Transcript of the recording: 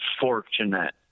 fortunate